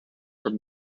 from